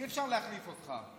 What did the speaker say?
אי-אפשר להחליף אותך.